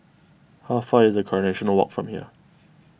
how far away is Coronation Walk from here